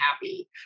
happy